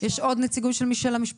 יש עוד נציגים של המשפחות?